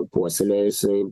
puoselėjo jisai